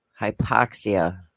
hypoxia